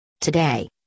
Today